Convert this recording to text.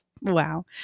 Wow